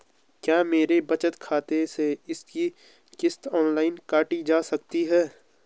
क्या मेरे बचत खाते से इसकी किश्त ऑनलाइन काटी जा सकती है?